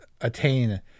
attain